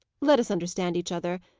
let us understand each other.